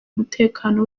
umutekano